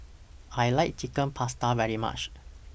I like Chicken Pasta very much